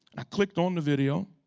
i clicked on the video